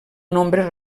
nombre